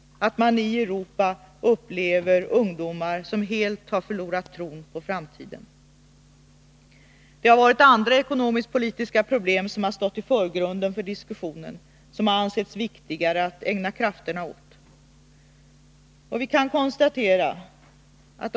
I Europa upplever man ungdomar som helt har förlorat tron på framtiden. Det har varit andra ekonomiskt-politiska problem som har stått i förgrunden för diskussionen och som har ansetts viktigare att ägna krafterna åt.